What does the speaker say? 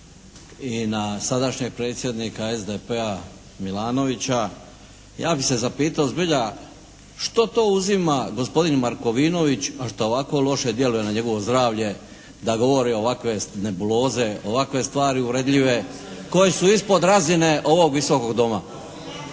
i na sadašnjeg predsjednika SDP-a Milanovića, ja bi se zapitao zbilja što to uzima gospodin Markovinović, a šta ovako loše djeluje na njegovo zdravlje da govori ovakve nebuloze, ovakve stvari uvredljive koje su ispod razine ovog Visokog doma?